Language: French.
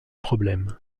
problème